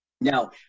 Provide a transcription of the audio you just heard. Now